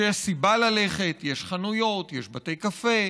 שיש סיבה ללכת, יש חנויות, יש בתי קפה,